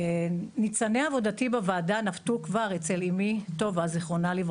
ניצני עבודתי בוועדה נבטו כבר אצל אמי טובה ז"ל,